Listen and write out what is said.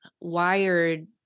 wired